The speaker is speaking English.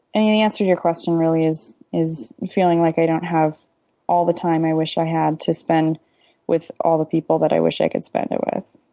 and the answer to your question really is is feeling like i don't have all the time i wish i had to spend with all the people that i wish i could spend it with.